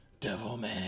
Devilman